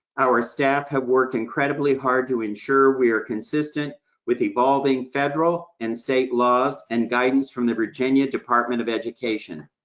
our staff have worked worked incredibly hard to ensure we are consistent with evolving federal and state laws, and guidance from the virginia department of education.